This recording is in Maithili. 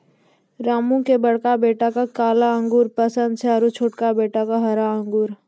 रामू के बड़का बेटा क काला अंगूर पसंद छै आरो छोटका बेटा क हरा अंगूर